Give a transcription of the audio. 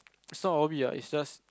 not a hobby is just